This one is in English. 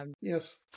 Yes